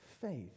faith